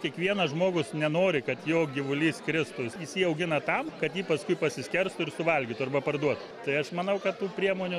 kiekvienas žmogus nenori kad jo gyvulys kristų jis jį augina tam kad jį paskui pasiskerstų ir suvalgytų arba parduotų tai aš manau kad tų priemonių